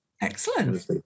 Excellent